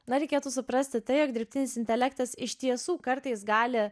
na reikėtų suprasti tai jog dirbtinis intelektas iš tiesų kartais gali